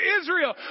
Israel